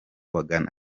bagana